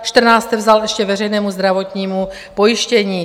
14 jste vzal ještě veřejnému zdravotnímu pojištění.